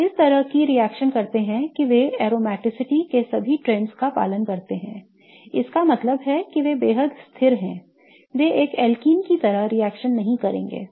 वे इस तरह की रिएक्शन करते हैं कि वे aromaticity के सभी trends का पालन करते हैं इसका मतलब है कि वे बेहद स्थिर हैं वे एक alkene की तरह रिएक्शन नहीं करेंगे